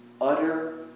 Utter